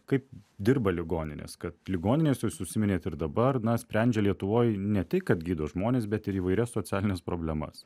kaip dirba ligoninės kad ligoninės jūs užsiminėt ir dabar na sprendžia lietuvoje ne tai kad gydo žmones bet ir įvairias socialines problemas